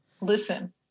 listen